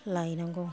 लायनांगौ